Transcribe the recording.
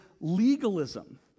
legalism